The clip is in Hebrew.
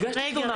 הגשתי תלונה,